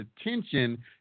attention